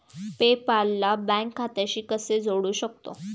पे पाल ला बँक खात्याशी कसे जोडू शकतो?